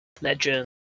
Legend